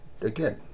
again